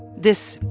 this,